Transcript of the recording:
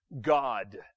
God